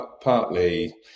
partly